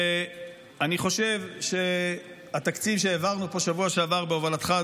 ואני חושב שהתקציב שהעברנו פה בשבוע שעבר בהובלתך,